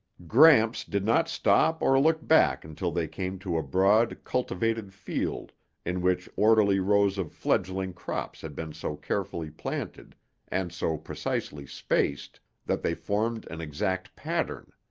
gramps did not stop or look back until they came to a broad cultivated field in which orderly rows of fledgling crops had been so carefully planted and so precisely spaced that they formed an exact pattern.